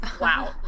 wow